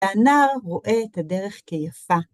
הנער רואה את הדרך כיפה.